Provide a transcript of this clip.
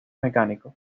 mecánicos